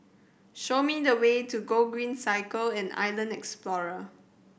show me the way to Gogreen Cycle and Island Explorer